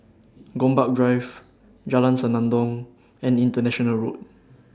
Gombak Drive Jalan Senandong and International Road